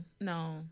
no